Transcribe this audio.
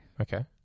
Okay